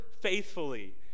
faithfully